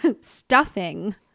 Stuffing